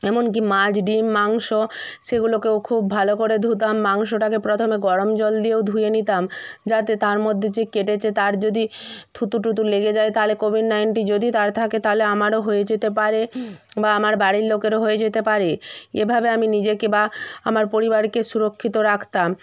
এমনকি মাছ ডিম মাংস সেগুলোকেও খুব ভালো করে ধুতাম মাংসটাকে প্রথমে গরম জল দিয়েও ধুয়ে নিতাম যাতে তার মধ্যে যে কেটেছে তার যদি থুতু টুথু লেগে যায় তাহলে কোভিড নাইনটি যদি তার থাকে তালে আমারও হয়ে যেতে পারে বা আমার বাড়ির লোকেরও হয়ে যেতে পারে এভাবে আমি নিজেকে বা আমার পরিবারকে সুরক্ষিত রাখতাম